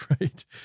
right